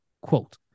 Quote